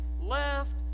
left